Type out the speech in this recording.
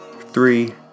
Three